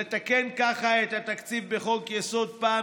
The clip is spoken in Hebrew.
לתקן ככה את התקציב בחוק-יסוד פעם